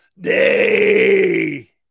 day